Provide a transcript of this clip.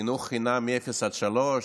חינוך חינם מאפס עד שלוש,